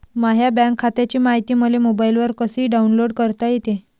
माह्या बँक खात्याची मायती मले मोबाईलवर कसी डाऊनलोड करता येते?